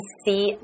see